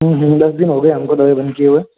दस दिन हो गए हमको दवाई बंद किए हुए